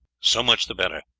so much the better.